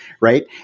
Right